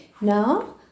Now